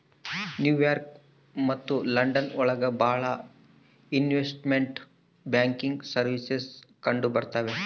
new York ಮತ್ತು London ಒಳಗ ಭಾಳ ಇನ್ವೆಸ್ಟ್ಮೆಂಟ್ ಬ್ಯಾಂಕಿಂಗ್ ಸರ್ವೀಸಸ್ ಕಂಡುಬರ್ತವೆ